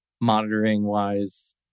monitoring-wise